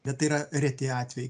bet tai yra reti atvejai